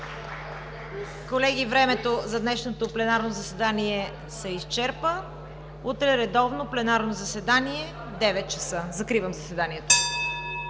Колеги, времето за днешното пленарно заседание се изчерпи. Утре – редовно пленарно заседание в 9,00 ч. Закривам заседанието.